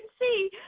see